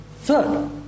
Third